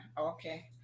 okay